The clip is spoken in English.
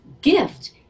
gift